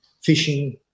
fishing